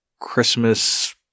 Christmas